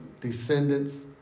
descendants